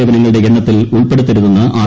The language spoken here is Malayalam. സേവനങ്ങളുടെ എണ്ണത്തിൽ ഉൾപ്പെടുത്തരുതെന്ന് ആർ